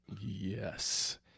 Yes